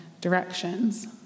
directions